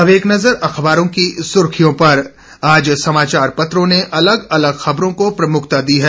अब एक नजर अखबारों की सुर्खियों पर आज समाचार पत्रों ने अलग अलग खबरों को प्रमुखता दी है